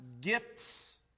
gifts